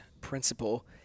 principle